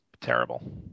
terrible